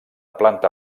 planta